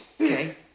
okay